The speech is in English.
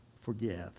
forgive